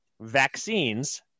vaccines